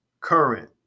current